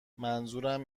منظورم